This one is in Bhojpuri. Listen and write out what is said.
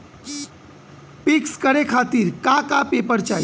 पिक्कस करे खातिर का का पेपर चाही?